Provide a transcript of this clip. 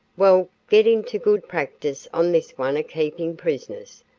well, get into good practice on this one a-keepin' prisoners,